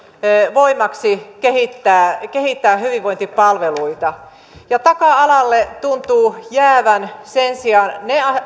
voimaksi kehittää hyvinvointipalveluita taka alalle tuntuvat jäävän sen sijaan ne